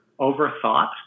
overthought